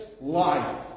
life